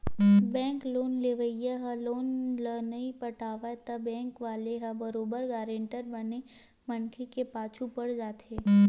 bank loan लेवइया ह loan ल नइ पटावय त बेंक वाले ह बरोबर गारंटर बने मनखे के पाछू पड़ जाथे